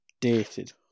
dated